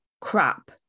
crap